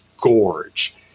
gorge